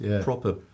proper